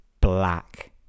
black